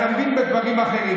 אתה מבין בדברים אחרים,